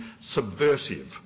subversive